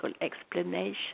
explanation